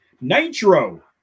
Nitro